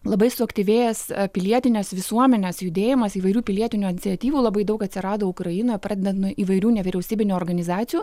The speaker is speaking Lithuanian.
labai suaktyvėjęs pilietinės visuomenės judėjimas įvairių pilietinių iniciatyvų labai daug atsirado ukrainoje pradedant nuo įvairių nevyriausybinių organizacijų